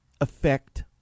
affect